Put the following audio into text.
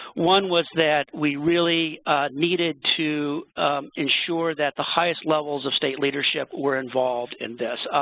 one was that we really needed to ensure that the highest levels of state leadership were involved in this.